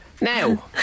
now